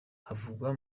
havugwa